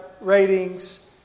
ratings